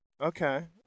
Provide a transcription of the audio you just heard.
okay